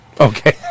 okay